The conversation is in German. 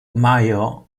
major